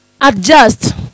adjust